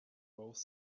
both